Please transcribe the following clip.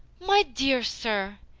my dear sir,